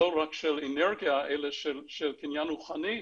לא רק שאנרגיה, אלא של קניין רוחני,